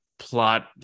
plot